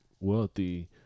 wealthy